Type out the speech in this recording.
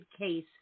case